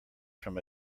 from